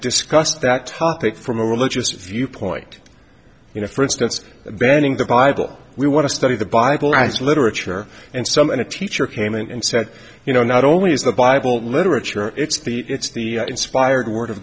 discussed that topic from a religious viewpoint you know for instance banning the bible we want to study the bible as literature and some of the teacher came and said you know not only is the bible literature it's the it's the inspired word of